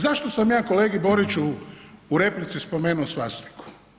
Zašto sam ja kolegi Boriću u replici spomenuo svastiku?